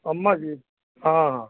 اماں جی ہاں ہاں